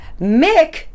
Mick